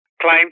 claim